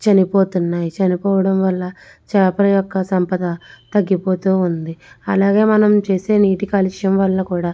చనిపోతున్నాయి చనిపోవడం వల్ల చేపలు యొక్క సంపద తగ్గిపోతుంది అలాగే మనం చేసే నీటి కాలుష్యం వల్ల కూడా